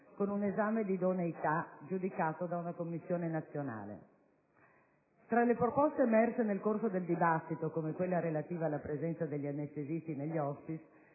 con un esame di idoneità giudicato da una commissione nazionale. Tra le proposte emerse nel corso del dibattito, come quella relativa alla presenza degli anestesisti negli *hospice*,